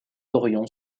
dorion